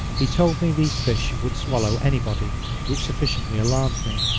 he told me these fish would swallow any body which sufficiently alarmed me.